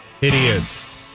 idiots